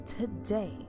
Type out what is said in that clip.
today